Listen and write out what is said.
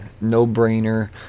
No-Brainer